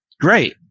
great